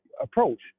approach